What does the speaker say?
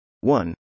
One